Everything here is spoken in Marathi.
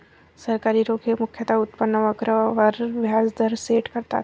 सरकारी रोखे मुख्यतः उत्पन्न वक्र वर व्याज दर सेट करतात